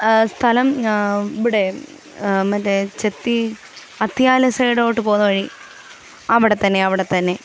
സ്ഥലം ഇവിടെ മറ്റേ ചെത്തി അത്യാലയിലോട്ട് പോകുന്ന വഴി അവിടെ തന്നെ അവിടെ തന്നെ